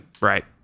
Right